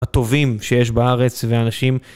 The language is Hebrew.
הטובים שיש בארץ ואנשים.